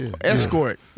escort